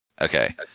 Okay